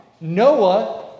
Noah